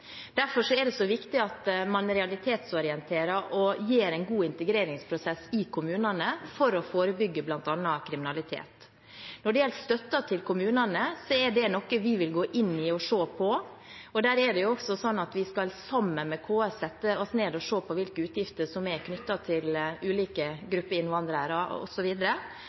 Derfor er det så viktig at man realitetsorienterer og har en god integreringsprosess i kommunene for å forebygge bl.a. kriminalitet. Når det gjelder støtten til kommunene, er det noe vi vil gå inn i og se på. Der er det også sånn at vi skal sammen med KS sette oss ned og se på hvilke utgifter som er knyttet til ulike